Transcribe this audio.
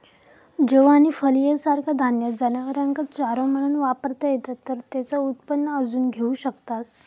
जौ आणि फलिया सारखा धान्य जनावरांका चारो म्हणान वापरता येता तर तेचा उत्पन्न अजून घेऊ शकतास